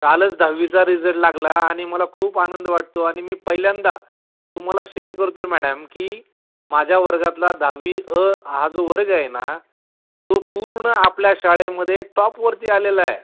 कालच दहावीचा रिजल्ट लागला आणि मला खूप आनंद वाटतो आणि मी पहिल्यांदा तुम्हाला शेअर करतो आहे मॅडेम की माझ्या वर्गातला दहावी अ हा जो वर्ग आहे ना तो पूर्ण आपल्या शाळेमध्ये टॉपवरती आलेला आहे